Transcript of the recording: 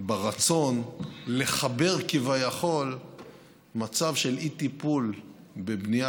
ברצון לחבר כביכול מצב של אי-טיפול בבנייה